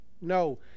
No